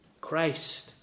Christ